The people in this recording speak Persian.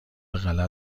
غلط